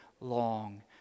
long